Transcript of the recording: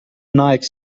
nike